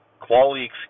quality